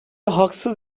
haksız